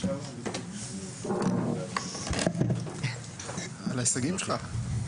על ההישגים שלו.